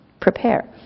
prepare